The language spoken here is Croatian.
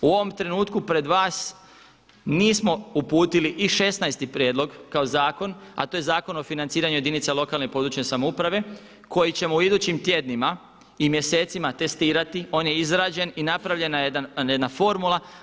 U ovom trenutku pred nismo uputili i šesnaesti prijedlog kao zakon, a to je Zakon o financiranju jedinice lokalne i područne samouprave koji ćemo u idućim tjednima i mjesecima testirati, on je izrađen i napravljena je jedna formula.